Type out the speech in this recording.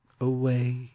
away